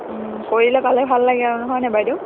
কৰিলে পালে ভাল লাগে আৰু নহয়নে বাইদেউ